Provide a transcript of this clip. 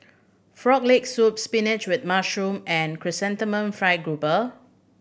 Frog Leg Soup spinach with mushroom and Chrysanthemum Fried Garoupa